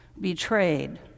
betrayed